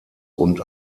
und